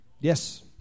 Yes